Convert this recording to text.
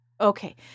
Okay